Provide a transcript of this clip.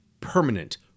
permanent